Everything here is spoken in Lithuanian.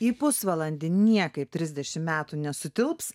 į pusvalandį niekaip trisdešimt metų nesutilps